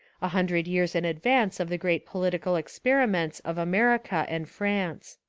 a hundred years in advance of the great political experi ments of america and france.